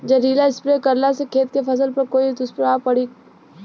जहरीला स्प्रे करला से खेत के फसल पर कोई दुष्प्रभाव भी पड़ी?